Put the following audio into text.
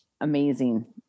amazing